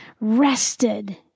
rested